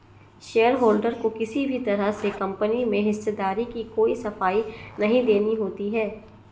shareholder को किसी भी तरह से कम्पनी में हिस्सेदारी की कोई सफाई नहीं देनी होती है